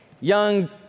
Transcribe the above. young